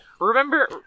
Remember